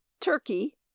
Turkey